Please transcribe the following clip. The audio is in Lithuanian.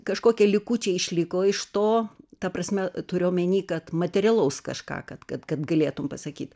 kažkokie likučiai išliko iš to ta prasme turiu omeny kad materialaus kažką kad kad galėtum pasakyt